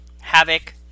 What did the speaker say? Havoc